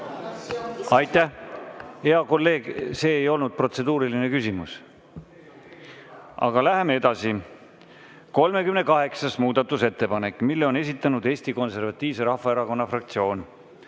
Aitäh, hea kolleeg! See ei olnud protseduuriline küsimus. Aga läheme edasi. 38. muudatusettepanek. Selle on esitanud Eesti Konservatiivse Rahvaerakonna fraktsioon.